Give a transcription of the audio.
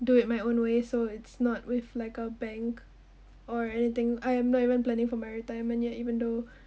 do it my own way so it's not with like a bank or anything I am not even planning for my retirement yet even though